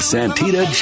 Santita